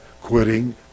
quitting